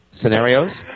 scenarios